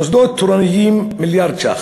מוסדות תורניים, מיליארד ש"ח.